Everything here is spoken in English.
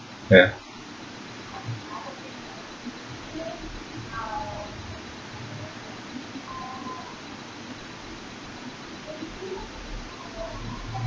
ya